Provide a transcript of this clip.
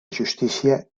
justícia